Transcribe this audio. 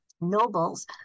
nobles